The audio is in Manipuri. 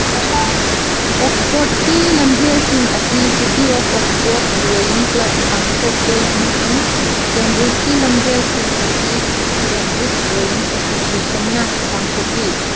ꯑꯣꯛꯁꯄꯣꯔꯠꯀꯤ ꯂꯝꯖꯦꯜꯁꯤꯡ ꯑꯁꯤ city of Oxford rowing club ꯄꯥꯡꯊꯣꯛꯀꯦ ꯑꯃꯁꯨꯡ ꯀꯦꯝꯕ꯭ꯔꯤꯖꯀꯤ ꯂꯝꯖꯦꯜꯁꯤꯡ ꯑꯁꯤ ꯀꯦꯝꯕ꯭ꯔꯤꯖ ꯔꯣꯋꯤꯡ ꯑꯦꯁꯣꯁꯤꯌꯦꯁꯟꯅ ꯄꯥꯡꯊꯣꯛꯏ